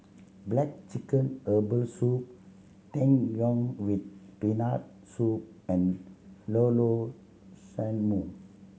black chicken herbal soup Tang Yuen with Peanut Soup and Llao Llao Sanum